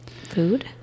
Food